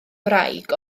wraig